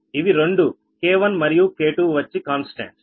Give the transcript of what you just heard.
ఇవి రెండు K1 మరియు K2 వచ్చి కాన్స్టెన్స